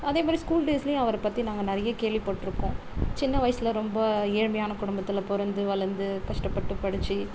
அதே மாரி ஸ்கூல் டேஸ்லேயும் அவரை பற்றி நாங்கள் நிறைய கேள்வி பட்டுருக்கோம் சின்ன வயசில் ரொம்ப ஏழ்மையான குடும்பத்தில் பிறந்து வளர்ந்து கஷ்டப்பட்டு படித்து